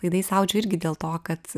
laidais audžiu irgi dėl to kad